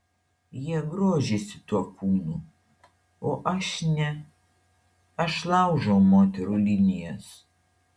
jie grožisi tuo kūnu o aš ne aš laužau moterų linijas